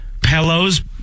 pillows